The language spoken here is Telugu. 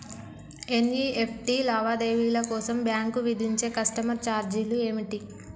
ఎన్.ఇ.ఎఫ్.టి లావాదేవీల కోసం బ్యాంక్ విధించే కస్టమర్ ఛార్జీలు ఏమిటి?